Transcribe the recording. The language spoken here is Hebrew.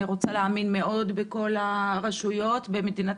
אני מאוד רוצה להאמין בכל הרשויות במדינת